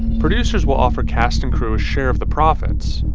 producers will offer cast and crew a share of the profits.